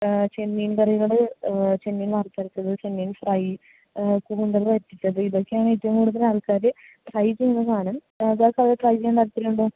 ചെമ്മീൻ കറികൾ ചെമ്മീൻ വറുത്തരച്ചത് ചെമ്മീൻ ഫ്രൈ കൂന്തൽ വറ്റിച്ചത് ഇതൊക്കെയാണ് ഏറ്റവും കൂടുതൽ ആൾക്കാർ ട്രൈ ചെയ്യുന്ന സാധനം സാർ അത് ട്രൈ ചെയ്യാൻ താല്പര്യം ഉണ്ടോ